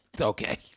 Okay